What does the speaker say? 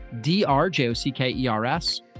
D-R-J-O-C-K-E-R-S